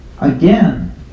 Again